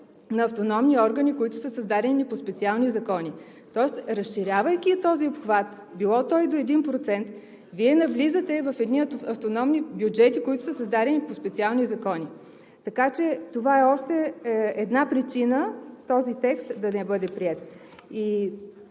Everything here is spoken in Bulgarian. на автономни органи, които са създадени по специални закони. Тоест, разширявайки този обхват, било той до 1%, Вие навлизате в едни автономни бюджети, които са създадени по специални закони. Така че това е още една причина този текст да не бъде приет.